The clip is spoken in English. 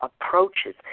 approaches